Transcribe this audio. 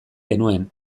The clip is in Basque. genuen